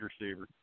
receiver